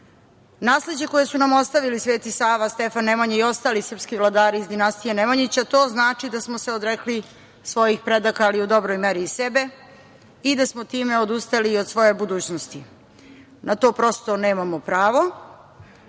nasleđe koje su nam ostavili Sv. Sava, Stefan Nemanja i ostali srpski vladari iz dinastije Nemanjića, to znači da smo se odrekli svojih predaka, ali u dobroj meri i sebe, i da smo time odustali i od svoje budućnosti. Na to prosto nemamo pravo,